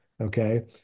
okay